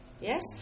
Yes